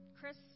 Chris